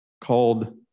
called